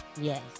Yes